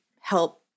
help